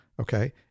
okay